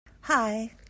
Hi